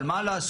אבל מה לעשות?